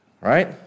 Right